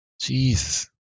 Jesus